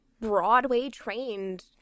Broadway-trained